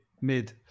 mid